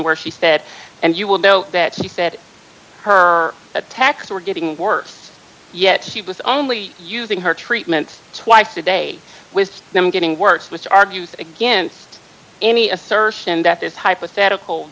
where she said and you will know that she said her attacks were getting worse yet she was only using her treatment twice a day with them getting worse which argues against any assertion that this hypothetical